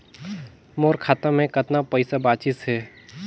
मोर खाता मे कतना पइसा बाचिस हे?